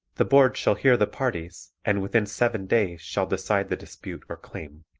the board shall hear the parties and within seven days shall decide the dispute or claim.